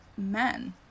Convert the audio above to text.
men